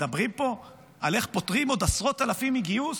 מדברים פה על איך פוטרים עוד עשרות אלפים מגיוס